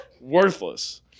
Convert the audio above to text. worthless